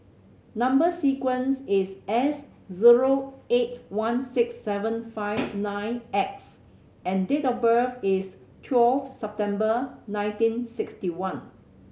number sequence is S zero eight one six seven five nine X and date of birth is twelve September nineteen sixty one